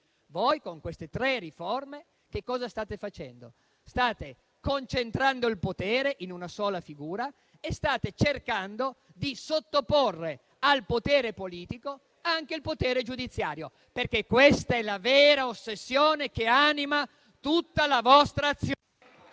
Voi, con queste tre riforme, state concentrando il potere in una sola figura e state cercando di sottoporre al potere politico anche il potere giudiziario. Questa è la vera ossessione che anima tutta la vostra azione.